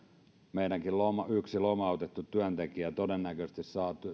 meidänkin yksi lomautettu työntekijä todennäköisesti saa